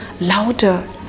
louder